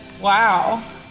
Wow